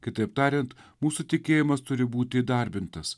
kitaip tariant mūsų tikėjimas turi būt įdarbintas